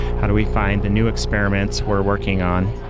how do we find the new experiments we're working on?